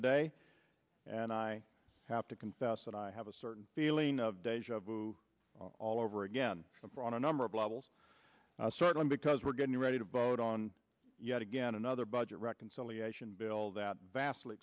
today and i have to confess that i have a certain feeling of deja vu all over again on a number of levels certainly because we're getting ready to vote on yet again another budget reconciliation bill that